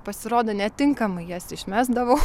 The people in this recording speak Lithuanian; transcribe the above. pasirodo netinkamai jas išmesdavau